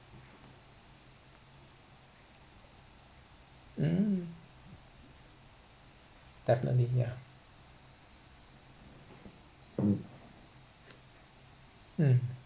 mm definitely yeah mm mm